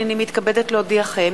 הנני מתכבדת להודיעכם,